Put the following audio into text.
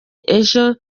ejo